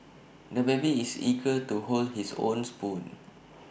the baby is eager to hold his own spoon